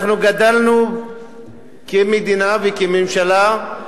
כמדינה וכממשלה גדלנו,